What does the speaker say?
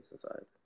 society